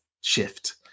shift